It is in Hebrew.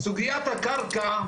אי אפשר להתקדם ככה.